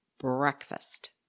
breakfast